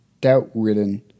doubt-ridden